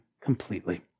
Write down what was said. completely